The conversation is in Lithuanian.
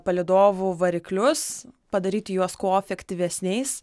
palydovų variklius padaryti juos kuo efektyvesniais